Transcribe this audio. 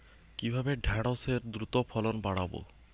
কিভাবে ঢেঁড়সের দ্রুত ফলন বাড়াব?